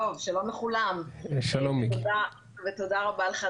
שלום לכולם ותודה רבה לך,